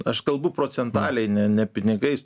aš kalbu procentaliai ne ne pinigais